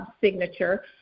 signature